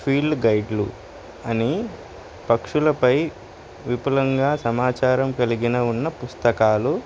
field గైడ్లు అని పక్షులపై విపులంగా సమాచారం కలిగిన ఉన్న పుస్తకాలు